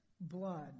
blood